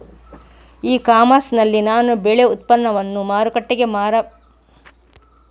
E commerce ನಲ್ಲಿ ನಾನು ಬೆಳೆ ಉತ್ಪನ್ನವನ್ನು ಮಾರುಕಟ್ಟೆಗೆ ಮಾರಾಟ ಮಾಡಬೇಕಾ ಇಲ್ಲವಾ ಗ್ರಾಹಕರಿಗೆ ನೇರವಾಗಿ ಮಾರಬೇಕಾ?